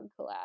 collab